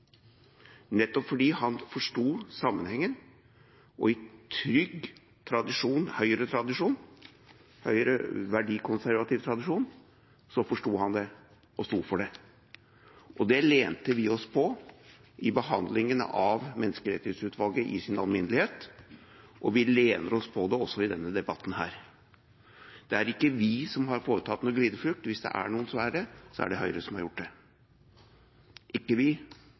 nettopp fordi han forsto sammenhengen – i trygg høyreverdikonservativ tradisjon forsto han det og sto for det. Det lente vi oss på i behandlingen av Menneskerettighetsutvalget i sin alminnelighet, og vi lener oss på det også i denne debatten. Det er ikke vi som har foretatt noen glideflukt. Hvis det er noen, er det Høyre som har gjort det – ikke vi,